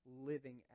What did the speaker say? living